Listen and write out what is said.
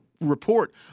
report